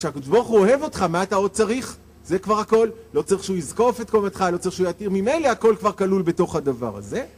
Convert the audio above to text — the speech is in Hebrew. כשהקדוש ברוך הוא אוהב אותך, מה אתה עוד צריך? זה כבר הכל לא צריך שהוא יזקוף את קומתך, לא צריך שהוא יתיר, ממילא, הכל כבר כלול בתוך הדבר הזה.